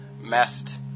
messed